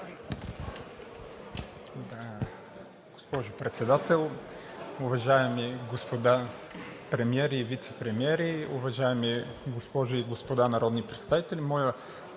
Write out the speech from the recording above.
Госпожо Председател, уважаеми господа Премиер и вицепремиери, уважаеми госпожи и господа народни представители! Моят